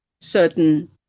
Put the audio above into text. certain